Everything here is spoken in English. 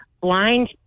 blind